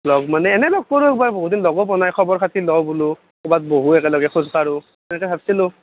লগ মানে এনেই লগ কৰ্ব পাৰি বহুদিন লগো পোৱা নাই খবৰ খাতিৰ লওঁ বোলো কৰ'বাত বহোঁ একেলগে খোজ কাঢ়োঁ তেনেকৈ ভাব্ছিলোঁ